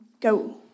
go